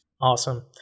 Awesome